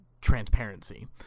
transparency